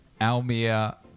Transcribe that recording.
Almir